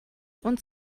und